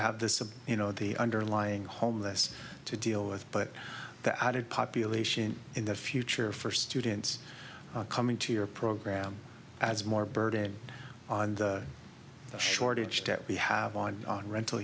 have this you know the underlying home less to deal with but the added population in the future for students coming to your program as more burden on the shortage that we have on rental